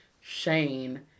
Shane